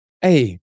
Hey